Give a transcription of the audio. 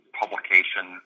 publication